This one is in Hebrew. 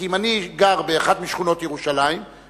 כי אם אני גר באחת משכונות ירושלים,